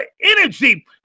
energy